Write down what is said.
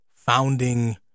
founding